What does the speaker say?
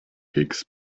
higgs